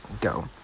go